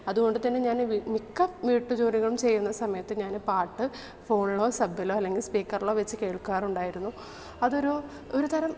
അതുകൊണ്ടു തന്നെ മിക്ക വീട്ടുജോലികളും ചെയ്യുന്ന സമയത്ത് ഞാൻ പാട്ട് ഫോണിലോ സബ്ബിലോ അല്ലെങ്കിൽ സ്പീക്കറിലോ വെച്ചു കേൾക്കാറുണ്ടായിരുന്നു അതൊരു ഒരു തരം